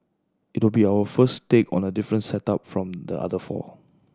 it will be our first take on a different setup from the other four